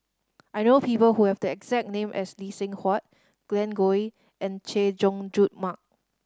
I know people who have the exact name as Lee Seng Huat Glen Goei and Chay Jung Jun Mark